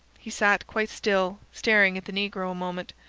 he sat quite still, staring at the negro a moment,